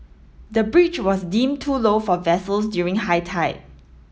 the bridge was deemed too low for vessels during high tide